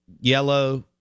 yellow